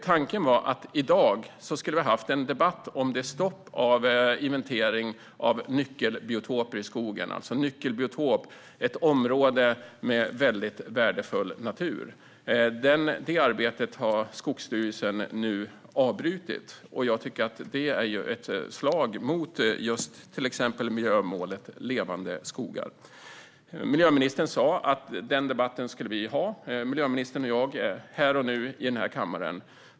Tanken var att vi i dag skulle ha en debatt om stoppet för inventering av nyckelbiotoper i skogen. En nyckelbiotop är ett område med väldigt värdefull natur. Det arbetet har Skogsstyrelsen nu avbrutit, vilket jag tycker är ett slag mot till exempel miljömålet Levande skogar. Miljöministern sa att hon och jag skulle ha den debatten här och nu i denna kammare.